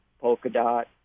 Polkadot